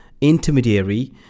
intermediary